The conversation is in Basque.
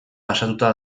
pasatuta